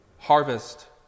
Harvest